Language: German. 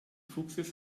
fuchses